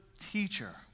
teacher